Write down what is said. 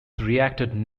reacted